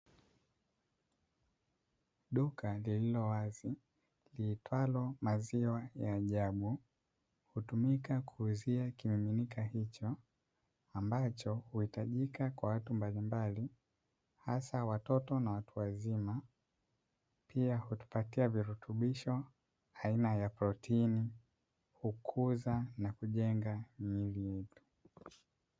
Duka lililowazi liitwalo Maziwa ya ajabu hutumika kuuzia kimiminika hicho ambacho huhitajika kwa watu mbalimbali hasa watoto na watu wazima, pia hutupatia virutubisho aina ya protini hukuza na kujenga miili yetu.